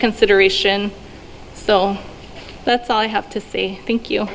consideration so that's all i have to say thank you